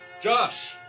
Josh